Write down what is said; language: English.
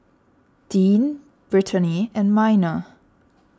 Dean Brittany and Minor